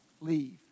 leave